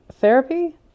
therapy